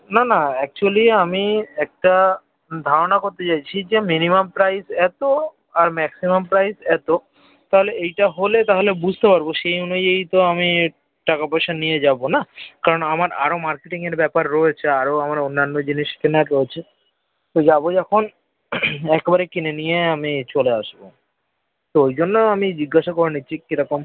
না না অ্যাকচুয়েলি আমি একটা ধারণা করতে চাইছি যে মিনিমাম প্রাইস এত আর ম্যাক্সিমাম প্রাইস এত তাহলে এইটা হলে তাহলে বুঝতে পারব সেই অনুযায়ীই তো আমি টাকা পয়সা নিয়ে যাব না কারণ আমার আরও মার্কেটিংয়ের ব্যাপার রয়েছে আরও আমার অন্যান্য জিনিস কেনার রয়েছে তো যাব যখন একবারে কিনে নিয়ে আমি চলে আসবো তো ওই জন্য আমি জিজ্ঞাসা করে নিচ্ছি কীরকম